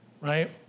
right